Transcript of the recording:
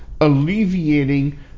alleviating